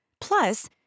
Plus